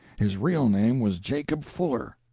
his real name was jacob fuller!